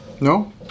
no